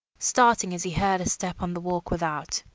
starting as he heard a step on the walk without.